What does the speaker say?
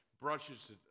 Brushes